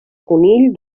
conill